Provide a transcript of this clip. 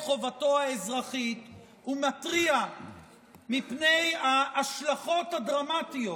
חובתו האזרחית ומתריע מפני ההשלכות הדרמטיות